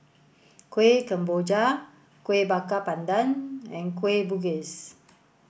Kuih Kemboja Kuih Bakar Pandan and Kueh Bugis